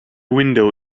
window